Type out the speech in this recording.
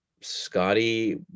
Scotty